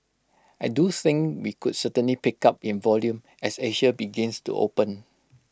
I do think we could certainly pick up in volume as Asia begins to open